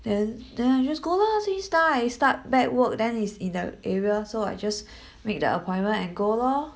then then I just go lah since now I start back work then it's in the area so I just make the appointment and go lor